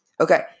okay